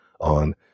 on